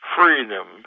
freedom